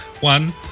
One